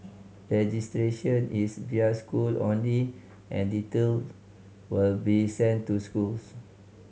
registration is via schools only and details will be sent to schools